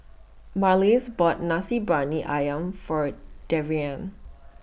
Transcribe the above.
Marlys bought Nasi Briyani Ayam For Darrian